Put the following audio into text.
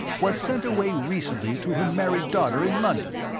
was sent away recently to her married daughter in london.